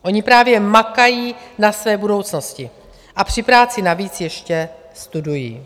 Oni právě makají na své budoucnosti a při práci navíc ještě studují.